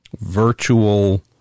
virtual